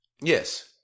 Yes